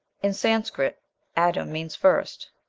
in sanscrit adim, means first.